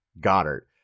Goddard